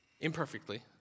imperfectly